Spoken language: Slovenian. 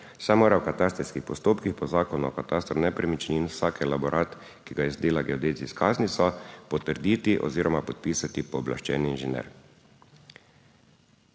mora v katastrskih postopkih po Zakonu o katastru nepremičnin vsak elaborat, ki ga izdela geodetski izkaznico, potrditi oziroma podpisati pooblaščeni inženir.